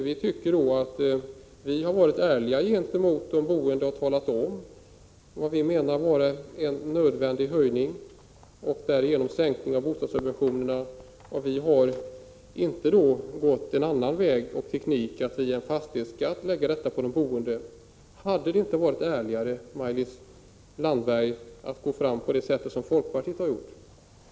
Vi tycker att vi har varit ärliga mot de boende när vi har redovisat vilken höjning som vi anser vara nödvändig. Vi har inte tillämpat tekniken att genom en fastighetsskatt ta ut dessa kostnader av de boende. Hade det inte varit ärligare, Maj-Lis Landberg, att gå fram på det sätt som folkpartiet har tillämpat?